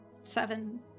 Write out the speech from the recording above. Seven